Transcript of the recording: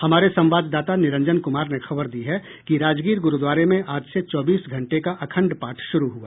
हमारे संवाददाता निरंजन कुमार ने खबर दी है कि राजगीर गुरूद्वारे में आज से चौबीस घंटे का अखंड पाठ शुरू हुआ